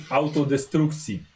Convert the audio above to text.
autodestrukcji